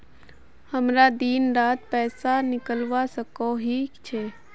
हमरा दिन डात पैसा निकलवा सकोही छै?